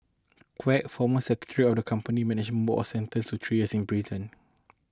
Quek former secretary of the company's management board sentenced to three years in prison